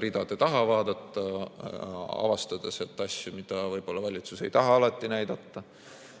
ridade taha vaadata ja avastada sealt asju, mida valitsus võib-olla ei taha alati näidata.